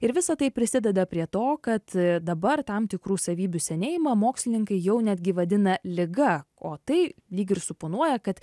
ir visa tai prisideda prie to kad dabar tam tikrų savybių senėjimą mokslininkai jau netgi vadina liga o tai lyg ir suponuoja kad